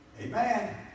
Amen